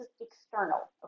external